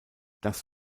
das